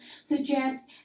suggest